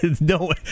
no